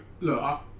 look